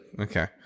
okay